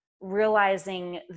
realizing